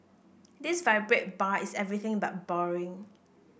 this vibrant bar is everything but boring